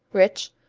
rich,